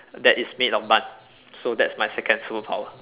that it's made of buns so that's my second superpower